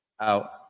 out